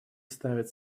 ставить